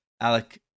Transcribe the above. Alec